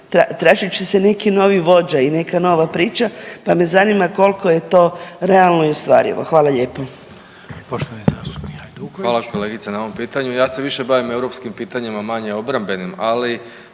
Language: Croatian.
Tražit će se neki novi vođa i neka nova priča, pa me zanima koliko je to realno i ostvarivo. Hvala lijepo.